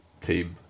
team